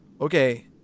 okay